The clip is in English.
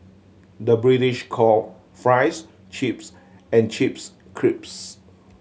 the British call fries chips and chips